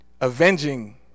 Avenging